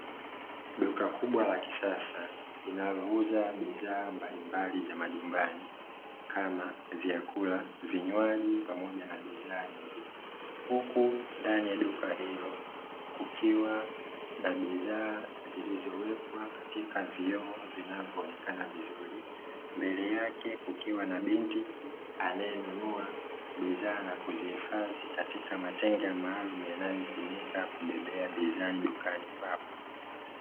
Duka kubwa la kisasa linalouza bidhaa mbalimbali za majumbani kama vyakula, vinywaji pamoja na bidhaa nyingine, huku ndani ya duka hilo kukiwa na bidhaa zilizowekwa katika vioo vinavyoonekana vizuri, mbele yake kukiwa na binti anayenunua bidhaa na kuziifadhi katika matenga maalumu yanayotumika kubebea bidhaa dukani hapo.